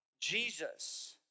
Jesus